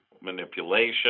manipulation